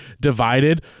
divided